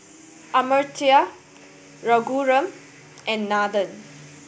Amartya Raghuram and Nathan